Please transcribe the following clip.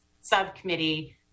subcommittee